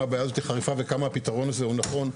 הבעיה הזאת חריפה ועד כמה הפתרון הזה הוא נכון,